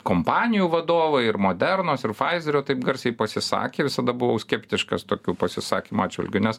kompanijų vadovai ir modernos ir pfaizerio taip garsiai pasisakė visada buvau skeptiškas tokių pasisakymų atžvilgiu nes